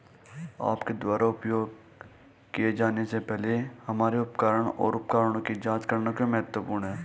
आपके द्वारा उपयोग किए जाने से पहले हमारे उपकरण और उपकरणों की जांच करना क्यों महत्वपूर्ण है?